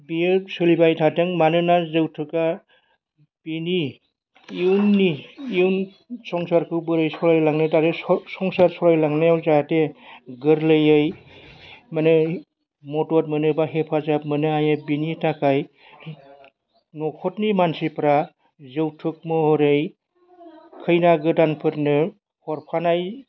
बियो सोलिबाय थादों मानोना जौथुकआ बिनि इयुन संसारखौ बोरै सालाय लांनो थाखाय संसार सालाय लांनायाव जाहाथे गोरलैयै माने मदद मोनो एबा हेफाजाब मोनो बेनि थाखाय न'खरनि मानसिफोरा जौथुक महरै खैना गोदानफोरनो हरफानाय